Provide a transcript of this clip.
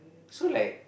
so like